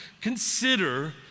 consider